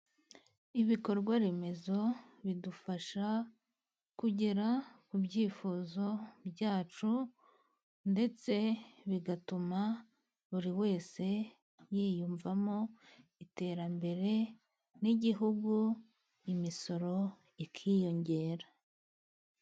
Ibikorwa remezo bidufasha kugera ku byifuzo byacu, ndetse bigatuma buri wese yiyumvamo iterambere n'igihugu, imisoro ikiyongera.